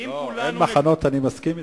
אין מחנות, אני מסכים אתך.